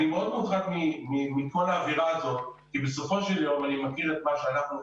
אני מאוד מוטרד מכל האווירה הזאת כי בסופו של יום אני בעצמי חקלאי,